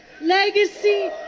Legacy